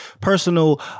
personal